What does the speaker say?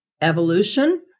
evolution